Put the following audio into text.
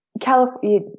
California